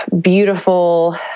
beautiful